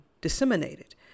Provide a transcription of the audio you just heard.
disseminated